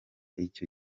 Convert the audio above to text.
icyo